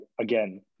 again